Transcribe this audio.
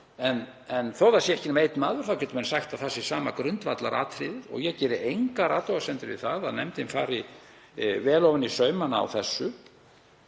En þótt það sé ekki nema einn maður þá geta menn sagt að það sé sama grundvallaratriðið og ég geri engar athugasemdir við það að nefndin fari vel ofan í saumana á þessu.